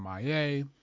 MIA